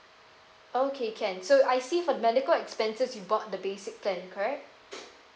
okay can so I see for medical expenses you bought the basic plan correct